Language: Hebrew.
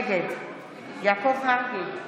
נגד יעקב מרגי,